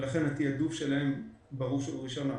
לכן, התעדוף שלהן בראש ובראשונה.